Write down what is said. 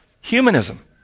Humanism